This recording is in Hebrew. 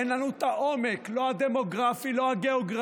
אין לנו את העומק, לא הדמוגרפי, לא הגיאוגרפי,